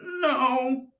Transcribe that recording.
no